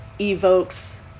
evokes